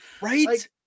Right